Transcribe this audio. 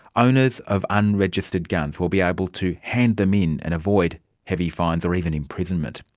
owners of unregistered guns will be able to hand them in and avoid heavy fines or even imprisonment.